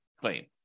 claim